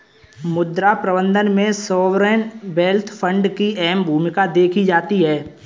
मुद्रा प्रबन्धन में सॉवरेन वेल्थ फंड की अहम भूमिका देखी जाती है